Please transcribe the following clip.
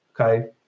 okay